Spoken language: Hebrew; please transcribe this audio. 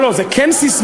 לא לא, זה כן ססמה.